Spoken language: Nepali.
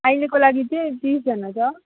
अहिलेको लागि चाहिँ तिसजना छ